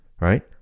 right